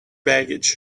baggage